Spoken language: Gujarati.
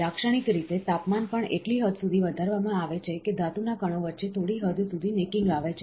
લાક્ષણિક રીતે તાપમાન પણ એટલી હદ સુધી વધારવામાં આવે છે કે ધાતુના કણો વચ્ચે થોડી હદ સુધી નેકિંગ આવે છે